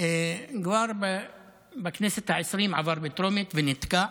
וכבר בכנסת העשרים הוא עבר בטרומית ונתקע.